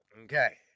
Okay